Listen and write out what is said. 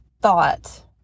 thought